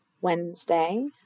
Wednesday